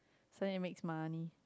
so it make money